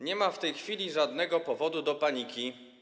Nie ma w tej chwili żadnego powodu do paniki.